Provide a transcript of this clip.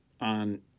on